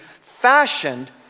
fashioned